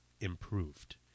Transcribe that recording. improved